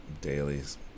Dailies